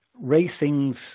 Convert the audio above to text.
racing's